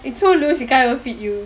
it's so loose it can't even fit you